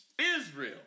Israel